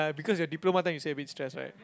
because they're diploma then you say a bit stress right